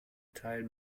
teil